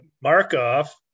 Markov